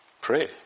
pray